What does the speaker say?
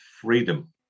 freedom